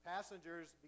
Passengers